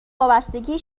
وابستگیه